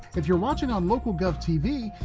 if you're watching on local golf tv,